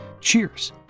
Cheers